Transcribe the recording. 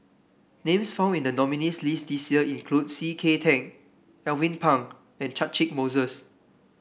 names found in the nominees' list this year include C K Tang Alvin Pang and Catchick Moses